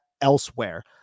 elsewhere